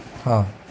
હા